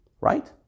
Right